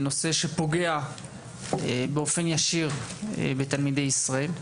זהו נושא שפוגע באופן ישיר בתלמידי ישראל,